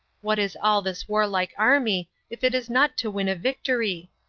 what is all this warlike army, if it is not to win a victory?